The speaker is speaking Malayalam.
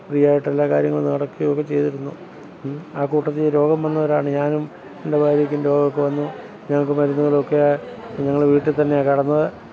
ഫ്രീയായിട്ട് എല്ലാ കാര്യങ്ങളും നടക്കുകയും ഒക്കെ ചെയ്തിരുന്നു ആ കൂട്ടത്തിൽ രോഗം വന്നവരാണ് ഞാനും എന്റെ ഭാര്യക്കും രോഗമൊക്കെ വന്നു ഞങ്ങൾക്ക് മരുന്നുകളും ഒക്കെയാണ് ഞങ്ങൾ വീട്ടിത്തന്നെയാണ് കിടന്നത്